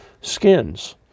skins